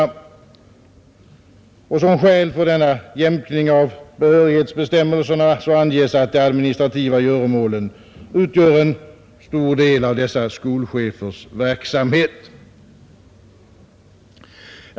Som skäl för denna jämkning av behörighetsbestämmelserna anges att de administrativa göromålen utgör en stor del av dessa skolchefers verksamhet.